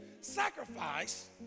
sacrifice